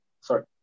Sorry